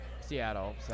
Seattle